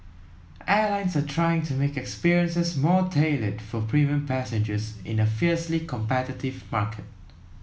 airlines are trying to make experiences more tailored for premium passengers in a fiercely competitive market